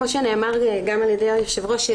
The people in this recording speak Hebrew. כמו שנאמר גם על ידי היושב-ראש,